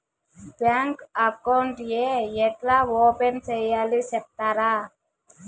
Bank account ఏ ఎట్లా open సేయాలి సెప్తారా?